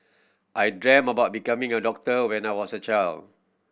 I dreamt about becoming a doctor when I was a child